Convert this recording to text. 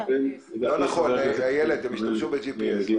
איילת, הם השתמשו בג'י-פי-אס.